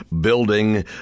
Building